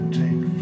take